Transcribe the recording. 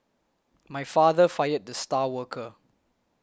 my father fired the star worker